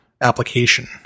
application